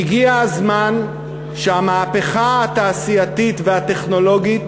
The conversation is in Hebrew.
הגיע הזמן שהמהפכה התעשייתית והטכנולוגית